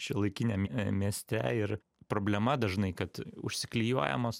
šiuolaikiniam i mieste ir problema dažnai kad užsiklijuojamos